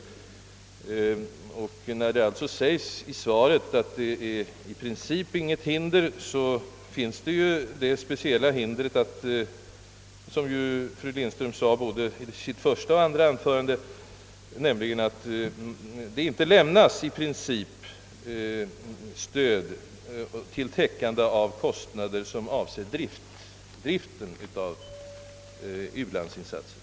Trots att det i svaret framhålles att det i princip inte möter något hinder, föreligger i alla fall det speciella hindret, som ju också fru Lindström nämnde i både sitt första och andra anförande, att det enligt nuvarande ordning i allmänhet inte lämnas stöd till täckande av kostnader som avser driftkostnader i samband med u-landsinsatserna.